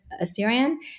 assyrian